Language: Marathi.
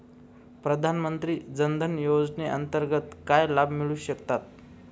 प्रधानमंत्री जनधन योजनेअंतर्गत काय लाभ मिळू शकतात?